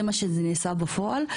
זה מה שנעשה בפועל.